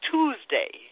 Tuesday